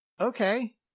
Okay